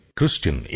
Christian